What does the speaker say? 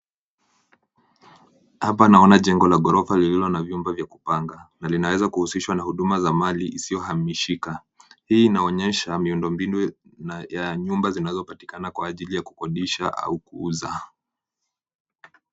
Hapa naona jengo la ghorofa lililo na vyumba vya kupanga na linaweza kuhusishwa na huduma za mali isiyohamishika . Hii inaonyesha miundombinu ya nyumba zinazopatikana kwa ajili ya kukodisha au kuuza.